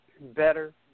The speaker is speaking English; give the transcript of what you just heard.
better